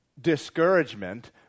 discouragement